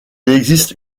existe